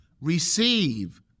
receive